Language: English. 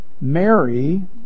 Mary